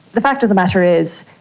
the fact of the matter is,